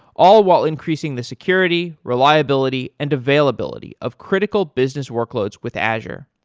all while increasing the security, reliability and availability of critical business workloads with azure.